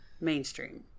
mainstream